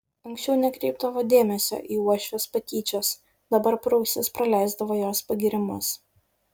anksčiau nekreipdavo dėmesio į uošvės patyčias dabar pro ausis praleisdavo jos pagyrimus